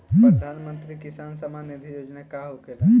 प्रधानमंत्री किसान सम्मान निधि योजना का होखेला?